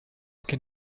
can